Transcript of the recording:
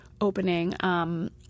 opening